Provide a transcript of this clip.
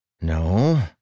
No